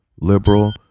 liberal